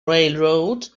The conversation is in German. railroad